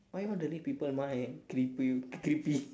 why you want to read people mind creepy creepy